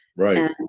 Right